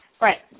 Right